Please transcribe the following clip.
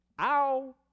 Ow